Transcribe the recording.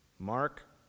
Mark